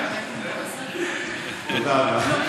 תודה רבה.